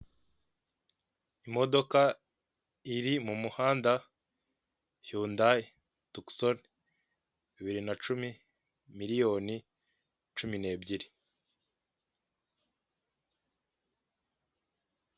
Imodoka iri mu muhanda yundayi tokisoni bibiri na cumi miliyoni cumi n'ebyiri.